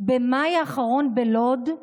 במאי האחרון, בלוד,